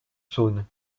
saône